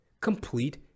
Complete